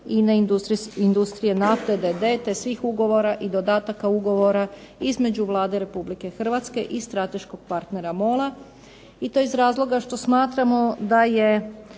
INA-e industrije nafte d.d. te svih ugovora i dodataka ugovora između Vlade Republike Hrvatske i strateškog partnera MOL-a i to iz razloga što smatramo da je